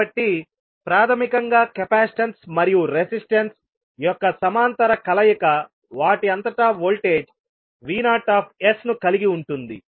కాబట్టి ప్రాథమికంగా కెపాసిటెన్స్ మరియు రెసిస్టెన్స్ యొక్క సమాంతర కలయిక వాటి అంతటా వోల్టేజ్ V0 ను కలిగి ఉంటుంది